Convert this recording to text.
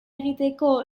egiteko